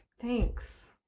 Thanks